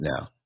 now